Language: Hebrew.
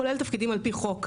כולל תפקידים על פי חוק.